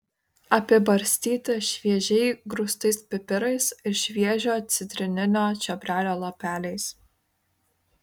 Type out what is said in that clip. apibarstyti šviežiai grūstais pipirais ir šviežio citrininio čiobrelio lapeliais